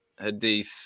hadith